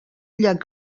llac